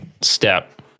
step